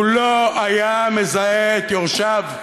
הוא לא היה מזהה את יורשיו,